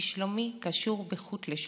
כי שלומי קשור בחוט לשלומו.